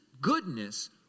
goodness